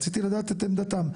רציתי לדעת את עמדתכם.